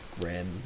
grim